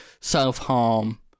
self-harm